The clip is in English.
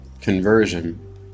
conversion